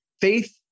faith